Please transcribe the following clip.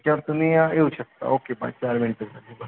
त्याच्यावर तुम्ही येऊ शकता ओके बाय शाळेला